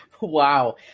Wow